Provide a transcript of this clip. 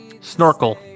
Snorkel